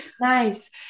nice